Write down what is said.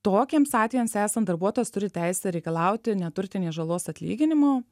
tokiems atvejams esant darbuotojas turi teisę reikalauti neturtinės žalos atlyginimo